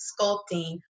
sculpting